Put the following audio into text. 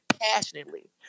passionately